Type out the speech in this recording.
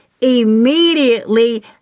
immediately